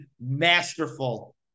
masterful